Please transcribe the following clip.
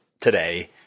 today